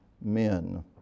men